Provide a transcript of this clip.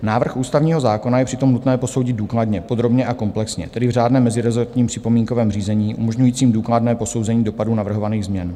Návrh ústavního zákona je přitom nutné posoudit důkladně, podrobně a komplexně, tedy v řádném mezirezortním připomínkovém řízení umožňujícím důkladné posouzení dopadu navrhovaných změn.